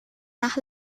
nach